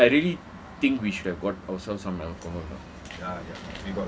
I really I really think we should have got ourselves some alcohol